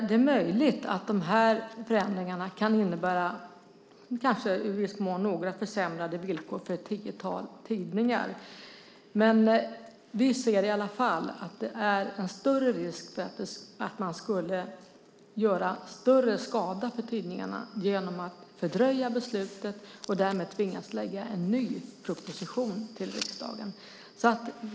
Det är möjligt att de här förändringarna i viss mån kan innebära försämrade villkor för ett tiotal tidningar, men vi anser i alla fall att det finns en risk att man skulle göra större skada för tidningarna genom att fördröja beslutet och därmed tvingas lägga fram en ny proposition till riksdagen.